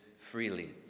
freely